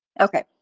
okay